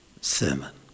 Sermon